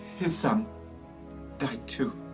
his son died too.